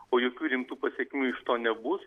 o jokių rimtų pasekmių iš to nebus